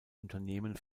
unternehmen